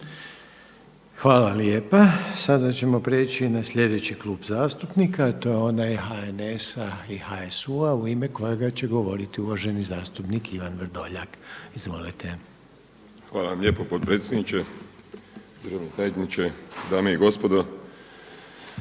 Hvala lijepa. Sada ćemo prijeći na sljedeći klub zastupnika, a to je onaj HNS-a i HSU-a u ime kojega će govoriti uvaženi zastupnik Ivan Vrdoljak. Izvolite. **Vrdoljak, Ivan (HNS)** Hvala vam lijepo potpredsjedniče, državni tajniče, dame i gospodo.